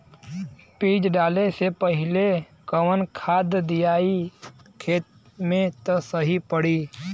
बीज डाले से पहिले कवन खाद्य दियायी खेत में त सही पड़ी?